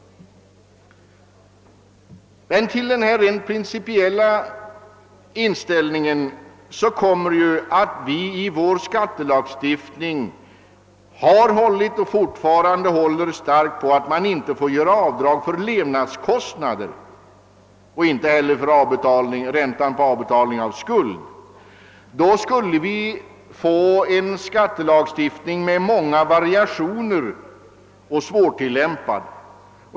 Till den rent principiella inställningen kommer att vi i vår lagstiftning har hållit och fortfarande håller starkt på att det inte får göras avdrag för levnadskostnader och inte heller för amortering vid avbetalning av skuld. I annat fall skulle vi få en svårtillämpad skattelagstiftning med många variationer.